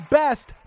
best